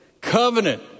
covenant